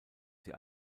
sie